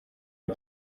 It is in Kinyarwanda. iba